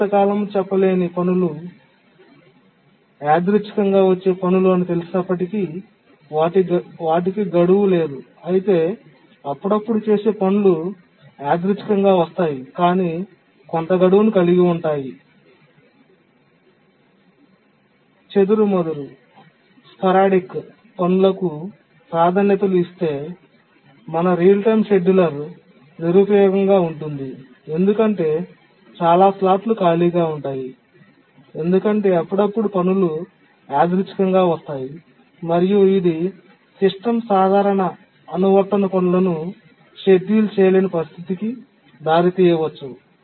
నియమిత కాలము చెప్ప లేని పనులు యాదృచ్చికంగా వచ్చే పనులు అని తెలిసినప్పటికీ వాటికి గడువు లేదు అయితే అప్పుడప్పుడు చేసే పనులు యాదృచ్ఛికంగా వస్తాయి కాని కొంత గడువును కలిగి ఉండాలి చెదురుమదురు పనులకు ప్రాధాన్యతలు ఇస్తే మన రియల్ టైమ్ షెడ్యూలర్ నిరుపయోగంగా ఉంటుంది ఎందుకంటే చాలా స్లాట్లు ఖాళీగా ఉంటాయి ఎందుకంటే అప్పుడప్పుడు పనులు యాదృచ్ఛికంగా వస్తాయి మరియు ఇది సిస్టమ్ సాధారణ ఆవర్తన పనులను షెడ్యూల్ చేయలేని పరిస్థితికి దారితీయవచ్చు